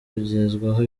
kugezwaho